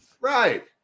Right